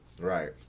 Right